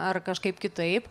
ar kažkaip kitaip